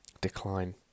decline